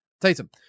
Tatum